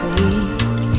weak